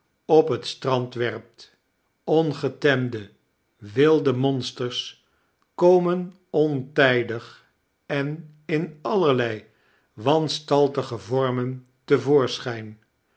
op het strand werpt ongetemde wilde monsters komen ontijdig en in allerlei wanstaltige vormen